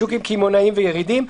שוק קמעונאי וירידים,